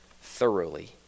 thoroughly